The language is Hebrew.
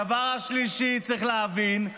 הדבר השלישי, צריך להבין: